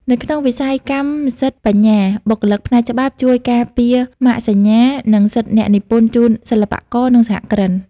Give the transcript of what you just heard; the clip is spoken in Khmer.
នៅក្នុងវិស័យកម្មសិទ្ធិបញ្ញា បុគ្គលិកផ្នែកច្បាប់ជួយការពារម៉ាកសញ្ញា និងសិទ្ធិអ្នកនិពន្ធជូនសិល្បករ និងសហគ្រិន។